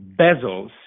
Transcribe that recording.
bezels